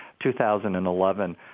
2011